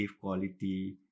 quality